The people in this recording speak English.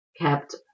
kept